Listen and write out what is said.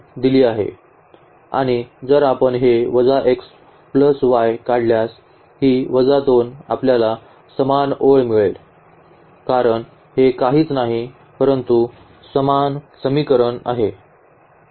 आणि जर आपण हे वजा x प्लस y काढल्यास ही वजा 2 आपल्याला समान ओळ मिळेल कारण हे काहीच नाही परंतु समान समीकरण आहे